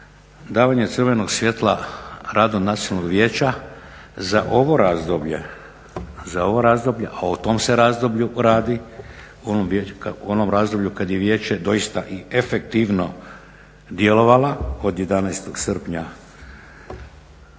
davanje crvenog svjetla radu Nacionalnog vijeća za ovo razdoblje a o tom se razdoblju se radi, onom razdoblju kad je Vijeće doista i efektivno djelovala od 11. srpnja